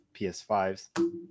PS5s